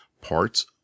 parts